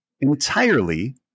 entirely